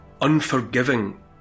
unforgiving